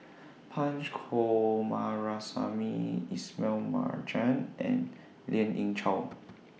Punch Coomaraswamy Ismail Marjan and Lien Ying Chow